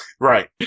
Right